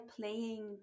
playing